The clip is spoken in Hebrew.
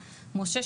משה,